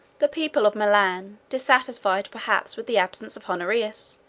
the people of milan, dissatisfied perhaps with the absence of honorius,